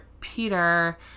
Peter